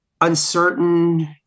uncertain